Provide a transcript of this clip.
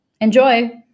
Enjoy